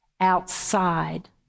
outside